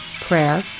prayer